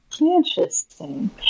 Interesting